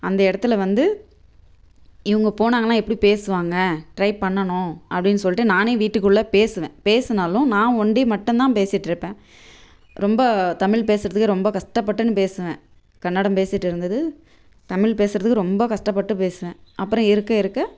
அந்த இடத்துல வந்து இவங்க போனாங்கனால் எப்படி பேசுவாங்க ட்ரை பண்ணணும் அப்படின்னு சொல்லிட்டு நானே வீட்டுக்குள்ளே பேசுவேன் பேசினாலும் நான் ஒன்டி மட்டும்தான் பேசிகிட்ருப்பேன் ரொம்ப தமிழ் பேசுகிறதுக்கு ரொம்ப கஷ்டப்பட்டுனு பேசுவேன் கன்னடம் பேசிவிட்டு இருந்தது தமிழ் பேசுகிறதுக்கு ரொம்ப கஷ்டப்பட்டு பேசுவேன் அப்புறம் இருக்க இருக்க